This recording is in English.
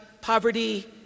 poverty